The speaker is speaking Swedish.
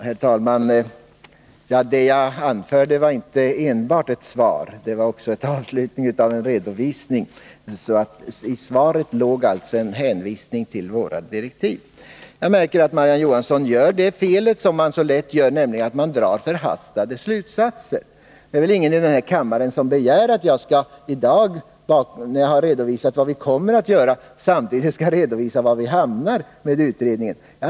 Herr talman! Det jag anförde var inte enbart ett svar. Det var också avslutningen av en redovisning. I svaret låg en hänvisning till våra direktiv. Jag märker att Marie-Ann Johansson gör det fel som är så lätt att göra, nämligen att dra förhastade slutsatser. Det är väl ingen i den här kammaren som begär att jag i dag, sedan jag redovisat vad vi kommer att göra, också skall redovisa var vi hamnar när utredningen är färdig.